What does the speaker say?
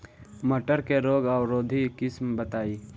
मटर के रोग अवरोधी किस्म बताई?